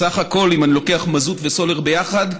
סך הכול, אם אני לוקח מזוט וסולר ביחד,